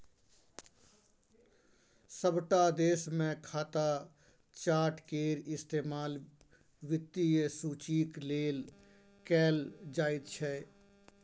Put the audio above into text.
सभटा देशमे खाता चार्ट केर इस्तेमाल वित्तीय सूचीक लेल कैल जाइत छै